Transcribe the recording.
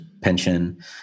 pension